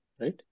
right